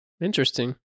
interesting